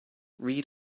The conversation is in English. read